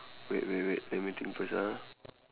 wait wait wait let me think first ah